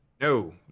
No